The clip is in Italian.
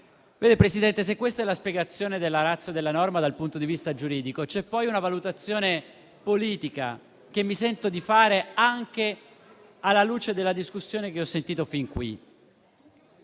Signor Presidente, se questa è la *ratio* della norma dal punto di vista giuridico, c'è poi una valutazione politica, che mi sento di fare anche alla luce della discussione che ho sentito fin qui.